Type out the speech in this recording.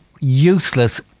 useless